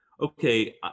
okay